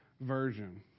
version